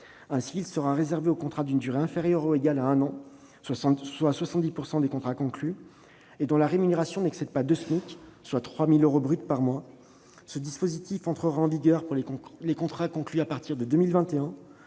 sera-t-elle réservée aux contrats d'une durée inférieure ou égale à un an, soit 70 % des contrats conclus, prévoyant une rémunération n'excédant pas deux SMIC, soit 3 000 euros bruts par mois. Ce dispositif entrera en vigueur pour les contrats conclus à partir de 2021,